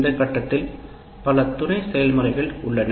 இந்த கட்டத்தில் பல துணை செயல்முறைகள் உள்ளன